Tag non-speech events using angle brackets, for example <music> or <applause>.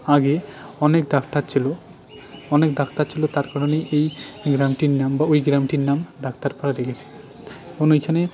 আগে অনেক ডাক্তার ছিল অনেক ডাক্তার ছিল তার কারণে এই গ্রামটির নাম বা ওই গ্রামটির নাম ডাক্তার পাড়া রেখেছে <unintelligible> ওইখানে